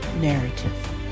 narrative